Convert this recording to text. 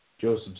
Joseph